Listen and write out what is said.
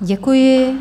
Děkuji.